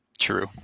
True